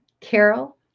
Carol